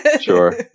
sure